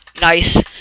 Nice